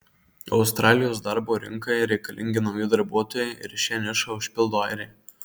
australijos darbo rinkai reikalingi nauji darbuotojai ir šią nišą užpildo airiai